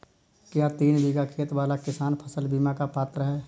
क्या तीन बीघा खेत वाला किसान फसल बीमा का पात्र हैं?